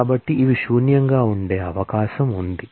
కాబట్టి ఇవి శూన్యంగా ఉండే అవకాశం ఉంది